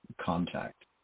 contact